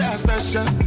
special